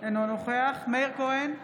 אינו נוכח מאיר כהן,